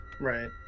Right